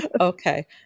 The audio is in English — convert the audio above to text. Okay